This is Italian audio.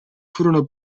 furono